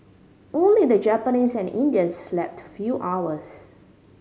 only the Japanese and Indians slept few hours